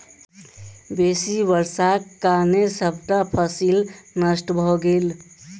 बेसी वर्षाक कारणें सबटा फसिल नष्ट भ गेल